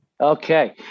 Okay